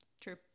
true